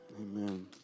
Amen